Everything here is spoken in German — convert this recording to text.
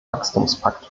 wachstumspakt